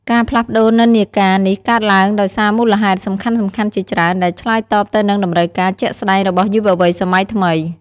ការផ្លាស់ប្ដូរនិន្នាការនេះកើតឡើងដោយសារមូលហេតុសំខាន់ៗជាច្រើន ដែលឆ្លើយតបទៅនឹងតម្រូវការជាក់ស្ដែងរបស់យុវវ័យសម័យថ្មី។